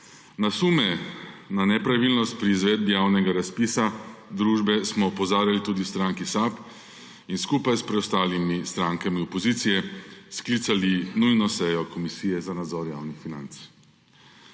Na sume na nepravilnost pri izvedbi javnega razpisa družbe smo opozarjali tudi v stranki SAB in skupaj s preostalimi strankami opozicije sklicali nujno sejo Komisije za nadzor javnih financ.